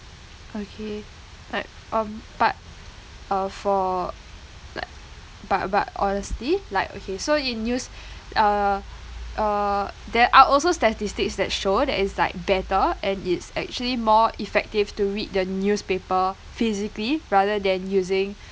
okay but um but uh for like but but honestly like okay so in news~ uh uh there are also statistics that show there is like data and it's actually more effective to read the newspaper physically rather than using